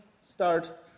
start